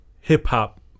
hip-hop